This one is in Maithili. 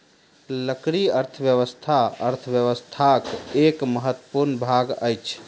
लकड़ी अर्थव्यवस्था अर्थव्यवस्थाक एक महत्वपूर्ण भाग अछि